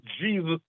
Jesus